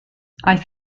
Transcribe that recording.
aeth